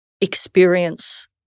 experience